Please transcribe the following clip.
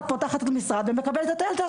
פותחת את המשרד ומקבלת את הילדה,